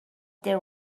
there